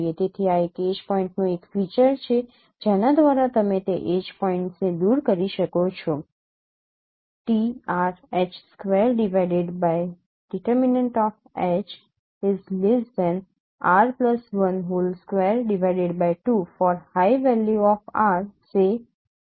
તેથી આ એડ્જ પોઇન્ટ્સનું એક ફીચર છે જેના દ્વારા તમે તે એડ્જ પોઇન્ટ્સને દૂર કરી શકો છો